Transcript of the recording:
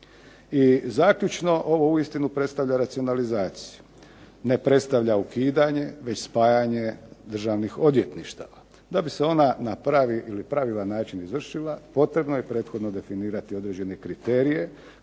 I zaključno, ovo uistinu predstavlja racionalizaciju. Ne predstavlja ukidanje već spajanje državnih odvjetništava. Da bi se ona na pravilan način izvršila potrebno je prethodno definirati određene kriterije